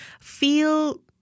feel